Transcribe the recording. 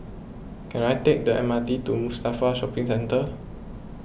can I take the M R T to Mustafa Shopping Centre